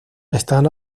están